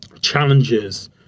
challenges